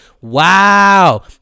Wow